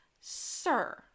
sir